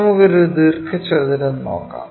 നമുക്ക് ഒരു ദീർഘചതുരം നോക്കാം